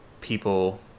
people